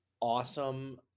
awesome